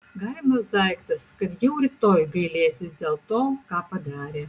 galimas daiktas kad jau rytoj gailėsis dėl to ką padarė